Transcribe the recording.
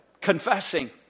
Confessing